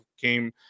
came